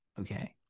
okay